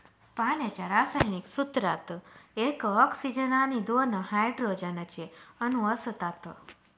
पाण्याच्या रासायनिक सूत्रात एक ऑक्सीजन आणि दोन हायड्रोजन चे अणु असतात